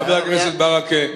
חבר הכנסת ברכה,